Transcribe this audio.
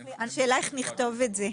השאלה איך נכתוב את זה.